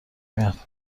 میاد